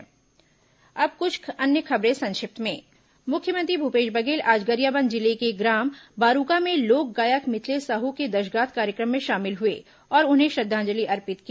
संक्षिप्त समाचार अब कुछ अन्य खबरें संक्षिप्त में मुख्यमंत्री भूपेश बघेल आज गरियाबंद जिले ग्राम बारूका में लोक गायक मिथलेश साहू के दशगात्र कार्यक्रम में शामिल हुए और उन्हें श्रद्धांजलि अर्पित की